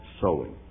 sowing